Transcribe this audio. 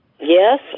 Yes